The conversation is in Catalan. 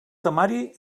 temari